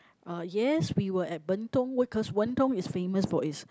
uh yes we were at Bentong because Wen Dong is famous for its